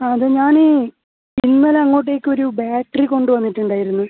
അത് ഞാൻ ഇന്നലെ അങ്ങോട്ടേക്കൊരു ബാറ്ററി കൊണ്ടുവന്നിട്ടുണ്ടായിരുന്നു